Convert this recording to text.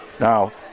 Now